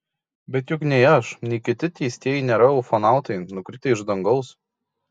bet juk nei aš nei kiti teistieji nėra ufonautai nukritę iš dangaus